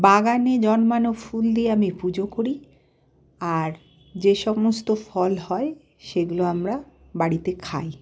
বাগানে জন্মানো ফুল দিয়ে আমি পুজো করি আর যে সমস্ত ফল হয় সেগুলো আমরা বাড়িতে খাই